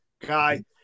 guy